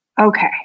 Okay